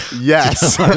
Yes